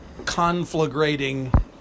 conflagrating